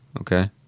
Okay